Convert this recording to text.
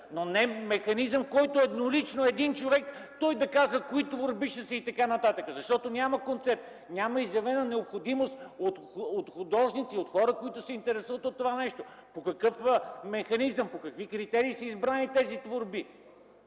но не механизъм, който еднолично – един човек, да казва кои творби ще са и така нататък. Няма концепт, няма изявена необходимост от художници, от хора, които се интересуват от това нещо. По какъв механизъм, по какви критерии са избрани тези творби?